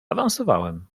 awansowałem